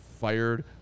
fired